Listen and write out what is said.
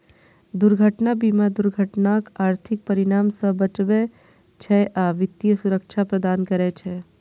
दुर्घटना बीमा दुर्घटनाक आर्थिक परिणाम सं बचबै छै आ वित्तीय सुरक्षा प्रदान करै छै